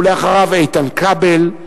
ואחריו איתן כבל,